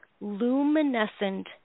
luminescent